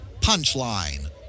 punchline